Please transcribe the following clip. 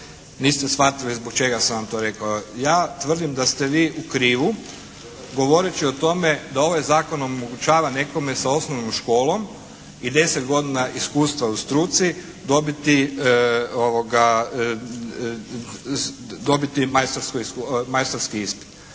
niste shvatili zbog čega sam vam to rekao. Ja tvrdim da ste vi u krivu govoreći o tome da ovaj zakon omogućava nekome sa osnovnom školom i 10 godina iskustva u struci dobiti majstorski ispit.